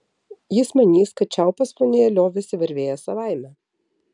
jis manys kad čiaupas vonioje liovėsi varvėjęs savaime